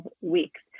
weeks